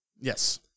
Yes